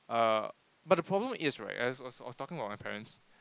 uh but the problem is right as I was talking bout my parents